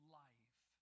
life